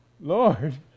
Lord